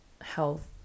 health